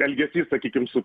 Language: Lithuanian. elgesys sakykim su